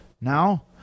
Now